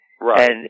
Right